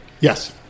Yes